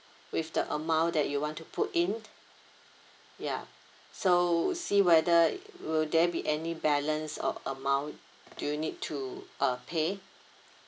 with the amount that you want to put in ya so see whether would there be any balance of amount do you need to uh pay